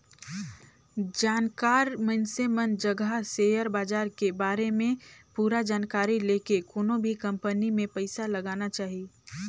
जानकार मइनसे मन जघा सेयर बाजार के बारे में पूरा जानकारी लेके कोनो भी कंपनी मे पइसा लगाना चाही